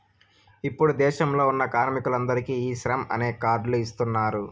ఇప్పుడు దేశంలో ఉన్న కార్మికులందరికీ ఈ శ్రమ్ అనే కార్డ్ లు ఇస్తున్నారు